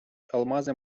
алмази